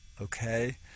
Okay